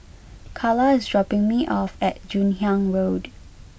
Carla is dropping me off at Joon Hiang Road